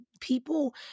people